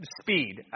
speed